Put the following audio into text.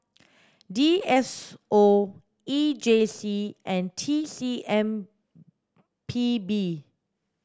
D S O E J C and T C M P B